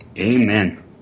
Amen